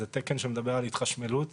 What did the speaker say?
זה תקן שמדבר על התחשמלות.